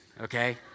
okay